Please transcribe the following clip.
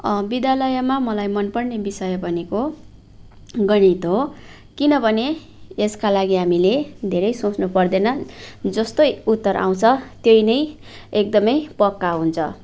विद्यालयमा मलाई मनपर्ने विषय भनेको गणित हो किनभने यसका लागि हामीले धेरै सोच्नुपर्दैन जस्तो उत्तर आउँछ त्यही नै एकदमै पक्का हुन्छ